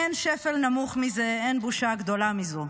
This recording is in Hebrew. אין שפל נמוך מזה, אין בושה גדולה מזו.